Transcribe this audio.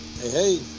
Hey